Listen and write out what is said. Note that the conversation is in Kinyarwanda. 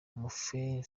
mugheni